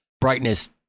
brightness